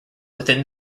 within